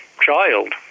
child